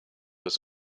was